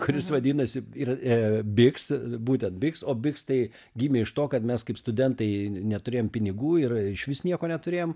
kuris vadinasi ir biks būtent biks o biks tai gimė iš to kad mes kaip studentai ne neturėjom pinigų ir išvis nieko neturėjom